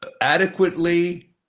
adequately